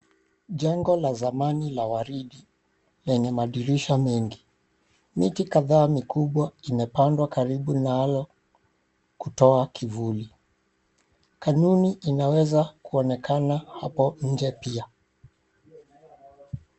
Jengo la zamani la waridi lenye madirisha mengi. Miti kadhaa mikubwa imepandwa karibu nalo kutoa kivuli .Kanuni inaweza kuonekana hapo nje pia.